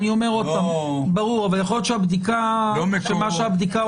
אבל יכול להיות שמה שהבדיקה אומרת,